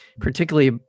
particularly